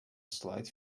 slight